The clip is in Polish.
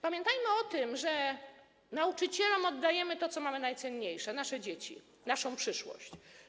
Pamiętajmy o tym, że nauczycielom oddajemy to, co mamy najcenniejsze: nasze dzieci, naszą przyszłość.